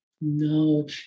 No